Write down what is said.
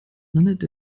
landete